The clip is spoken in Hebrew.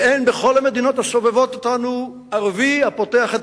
ואין בכל המדינות הסובבות אותנו ערבי הפותח את